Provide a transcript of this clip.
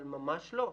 אבל ממש לא.